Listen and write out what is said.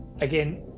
again